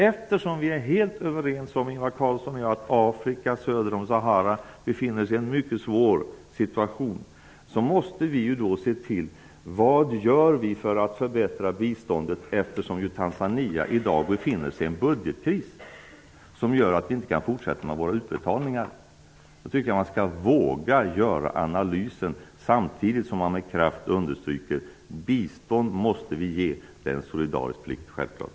Eftersom Ingvar Carlsson och jag är helt överens om att Afrika söder om Sahara befinner sig i en mycket svår situation, måste vi fundera över vad vi kan göra för att förbättra biståndet. Tanzania befinner sig i dag i en budgetkris, som gör att vi inte kan fortsätta med våra utbetalningar. Man skall våga göra den analysen samtidigt som man med kraft understryker att vi måste ge bistånd. Det är självklart en solidarisk plikt.